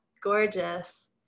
gorgeous